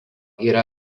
yra